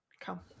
Come